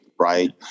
right